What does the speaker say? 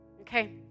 okay